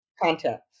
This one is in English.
content